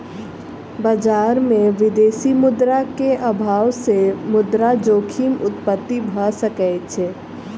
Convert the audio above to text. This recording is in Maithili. बजार में विदेशी मुद्रा के अभाव सॅ मुद्रा जोखिम उत्पत्ति भ सकै छै